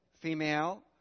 female